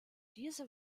diese